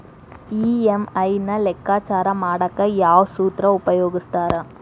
EMI ನ ಲೆಕ್ಕಾಚಾರ ಮಾಡಕ ಯಾವ್ ಸೂತ್ರ ಉಪಯೋಗಿಸ್ತಾರ